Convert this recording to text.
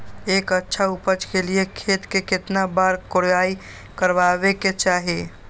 एक अच्छा उपज के लिए खेत के केतना बार कओराई करबआबे के चाहि?